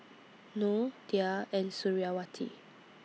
Noh Dhia and Suriawati